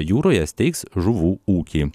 jūroje steigs žuvų ūkį